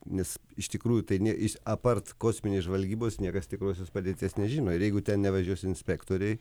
nes iš tikrųjų tai ne apart kosminės žvalgybos niekas tikrosios padėties nežino ir jeigu ten nevažiuos inspektoriai